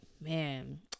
man